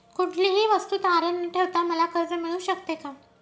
कुठलीही वस्तू तारण न ठेवता मला कर्ज मिळू शकते का?